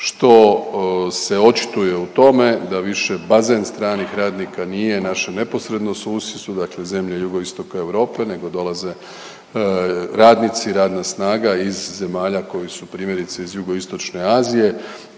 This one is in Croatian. što se očituje u tome da više bazen stranih radnika nije naše neposredno susjedstvo, dakle zemlje Jugoistoka Europe nego dolaze radnici, radna snaga iz zemalja koji su primjerice iz Jugoistočne Azije